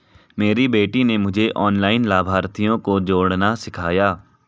मेरी बेटी ने मुझे ऑनलाइन लाभार्थियों को जोड़ना सिखाया